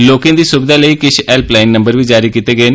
लोकें दी सुविधा लेई किश हैल्पलाइन नंबर बी जारी कीते गे न